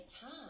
time